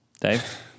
Dave